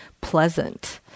pleasant